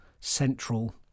central